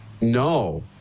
No